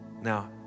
Now